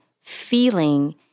feeling